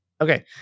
Okay